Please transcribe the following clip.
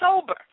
sober